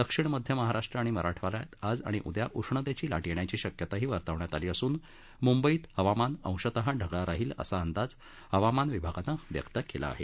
दक्षिण मध्य महाराष्ट्र आणि मराठवाड्यात आज आणि उद्या उष्णतेची लाट येण्याची शक्यताही वर्तवण्यात आली असून मुंबईत हवामान अंशतः ढगाळ राहील असा अंदाज हवामान विभागानं व्यक्त केला आहे